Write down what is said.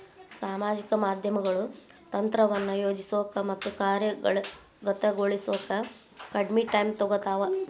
ಸಾಮಾಜಿಕ ಮಾಧ್ಯಮಗಳು ತಂತ್ರವನ್ನ ಯೋಜಿಸೋಕ ಮತ್ತ ಕಾರ್ಯಗತಗೊಳಿಸೋಕ ಕಡ್ಮಿ ಟೈಮ್ ತೊಗೊತಾವ